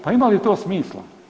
Pa ima li to smisla?